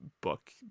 book